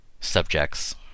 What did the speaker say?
subjects